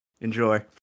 Enjoy